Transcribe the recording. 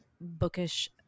bookish